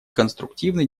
конструктивный